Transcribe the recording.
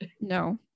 No